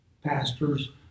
pastors